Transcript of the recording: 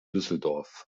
düsseldorf